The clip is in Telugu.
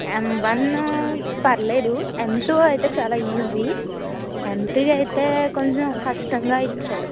ఎం వన్ పర్లేదు ఎం టూ అయితే చాలా ఈజీ ఎం త్రీ అయితే కొంచెం కష్టంగా ఇచ్చాడు